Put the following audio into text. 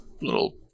little